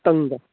ꯎꯇꯪꯗ